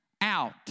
out